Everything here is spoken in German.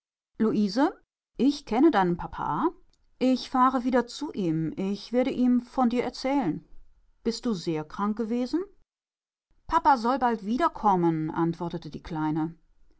luise ich kenne deinen papa ich fahre wieder zu ihm ich werde ihm von dir erzählen bist du sehr krank gewesen pappa soll bald wiederkommen antwortete die kleine